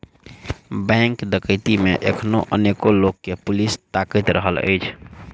bank डकैती मे एखनो अनेको लोक के पुलिस ताइक रहल अछि